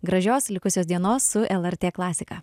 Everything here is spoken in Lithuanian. gražios likusios dienos su el er tė klasika